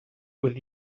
with